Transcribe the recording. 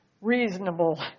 reasonable